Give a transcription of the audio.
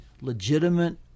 legitimate